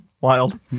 Wild